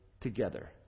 together